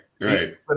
Right